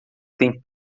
tem